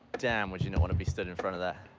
damn, would you not wanna be stood in front of that.